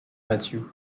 mathew